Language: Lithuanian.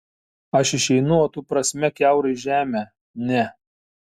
aš išeinu o tu prasmek kiaurai žemę ne